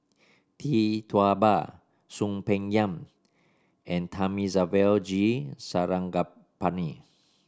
Tee Tua Ba Soon Peng Yam and Thamizhavel G Sarangapani